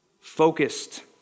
focused